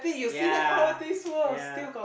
ya ya